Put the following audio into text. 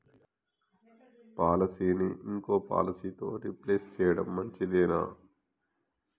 పాలసీని ఇంకో పాలసీతో రీప్లేస్ చేయడం మంచిదేనా?